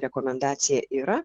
rekomendacija yra